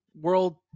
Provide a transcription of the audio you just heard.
world